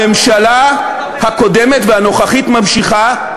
הממשלה הקודמת, והנוכחית ממשיכה,